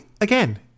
again